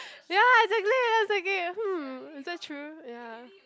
ya exactly exactly hum is that true ya